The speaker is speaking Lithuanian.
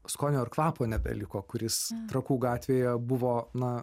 skonio ar kvapo nebeliko kuris trakų gatvėje buvo na